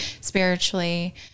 spiritually